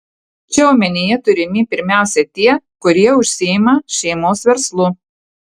čia omenyje turimi pirmiausia tie kurie užsiima šeimos verslu